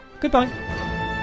Goodbye